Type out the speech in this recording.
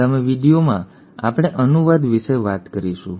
આગામી વીડિયોમાં આપણે અનુવાદ વિશે વાત કરીશું